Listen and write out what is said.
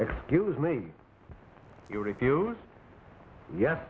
excuse me you refuse yes